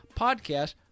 podcast